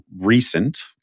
recent